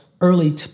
early